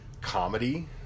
comedy